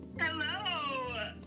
Hello